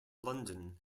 london